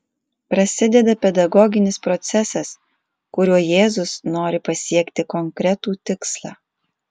prasideda pedagoginis procesas kuriuo jėzus nori pasiekti konkretų tikslą